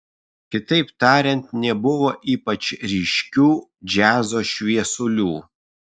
kitaip tariant nebuvo ypač ryškių džiazo šviesulių